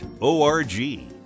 O-R-G